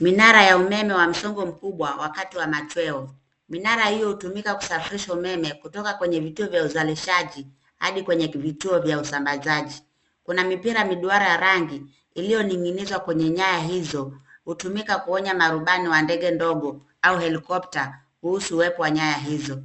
Minara ya umeme wa msongo mkubwa wakati wa machweo. Minara hio hutumika kusafirisha umeme kutoka kwenye vituo vya uzalishaji hadi kwenye vituo vya usambazaji. Kuna mipira miduara ya rangi, iliyoning'inizwa kwenye nyaya hizo, hutumika kuonya marubani wa ndege ndogo au helikopta kuhusu uwepo wa nyaya hizo.